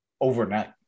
overnight